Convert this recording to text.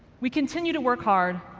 we continue to work hard,